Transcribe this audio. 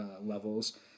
levels